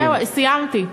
זהו, סיימתי.